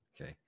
Okay